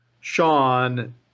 Sean